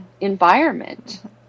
environment